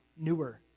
newer